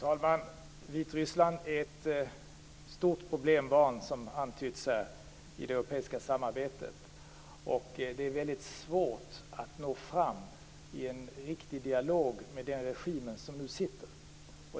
Fru talman! Vitryssland är ett stort problembarn, vilket antytts här, i det europeiska samarbetet. Och det är väldigt svårt att nå fram i en riktig dialog med den nuvarande regimen.